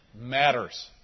matters